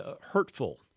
hurtful